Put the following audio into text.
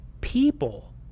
people